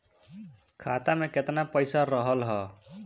खाता में केतना पइसा रहल ह?